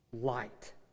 light